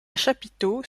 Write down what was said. chapiteaux